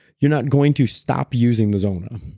you're not going to stop using the zona.